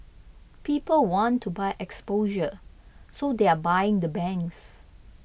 people want to buy exposure so they're buying the banks